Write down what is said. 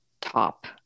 top